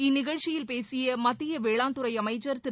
இந்நிகழ்ச்சியில் பேசிய மத்திய வேளாண்துறை அமைச்சள் திரு